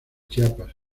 chiapas